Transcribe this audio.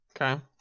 okay